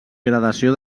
gradació